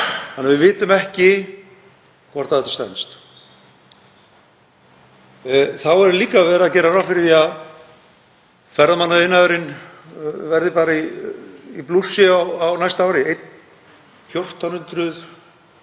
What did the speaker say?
þannig að við vitum ekki hvort þetta stenst. Þá er líka verið að gera ráð fyrir því að ferðamannaiðnaðurinn verði bara í blússi á næsta ári, 1,4